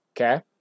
Okay